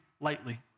lightly